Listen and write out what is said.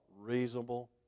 Reasonable